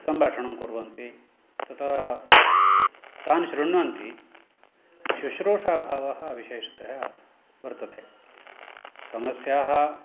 सम्भाषणं कुर्वन्ति तथा तान् श्रुण्वन्ति शुश्रूषाभावः विशेषतया वर्तते समस्याः